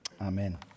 Amen